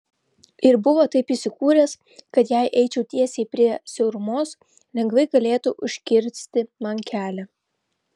ir buvo taip įsikūręs kad jei eičiau tiesiai prie siaurumos lengvai galėtų užkirsti man kelią